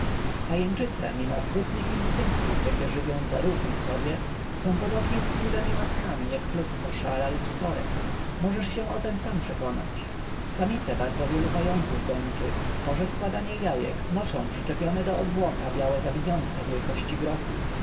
pajęczyce mimo okrutnych instynktów jakie żywią dla równych sobie są podobnie tkliwemi matkami jak pluskwa szara albo skorek możesz się o tem sam przekonać samice bardzo wielu pająków gończych w porze składania jajek noszą przyczepione do odwłoka białe zawiniątka wielkości grochu